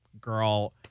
girl